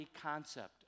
concept